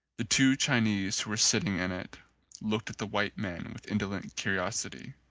the two chinese who were sitting in it looked at the white men with indolent curiosity.